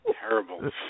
terrible